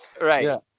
Right